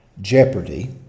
Jeopardy